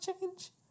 change